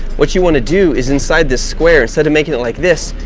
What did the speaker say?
what you want to do is, inside this square, instead of making it like this,